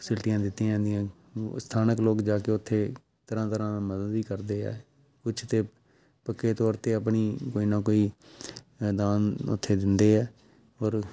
ਫਸਿਲਟੀਆਂ ਦਿੱਤੀਆਂ ਜਾਂਦੀਆਂ ਉਹ ਸਥਾਨਕ ਲੋਕ ਜਾ ਕੇ ਉੱਥੇ ਤਰ੍ਹਾਂ ਤਰ੍ਹਾਂ ਨਾ ਮਦਦ ਵੀ ਕਰਦੇ ਹੈ ਕੁਛ ਤਾਂ ਪੱਕੇ ਤੌਰ 'ਤੇ ਆਪਣੀ ਕੋਈ ਨਾ ਕੋਈ ਦਾਨ ਉੱਥੇ ਦਿੰਦੇ ਹੈ ਔਰ